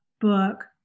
book